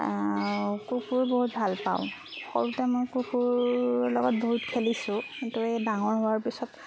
কুকুৰ বহুত ভাল পাওঁ সৰুতে মই কুকুৰ লগত বহুত খেলিছোঁ কিন্তু এই ডাঙৰ হোৱাৰ পিছত